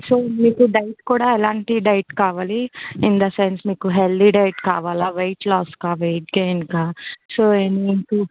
so మీకు diet కూడా ఎలాంటి డైట్ కావాలి ఇన్ ద సెన్స్ మీకు హెల్దీ డైట్ కావాలా వైట్ లాస్ కా వైట్ గైన్ కా